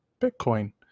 bitcoin